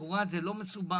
לכאורה זה לא מסובך